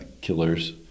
killers